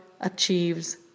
achieves